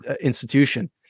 institution